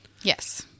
Yes